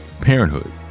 parenthood